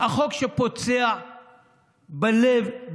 החוק שפוצע בלב,